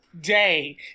day